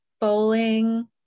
bowling